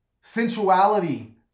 Sensuality